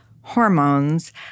hormones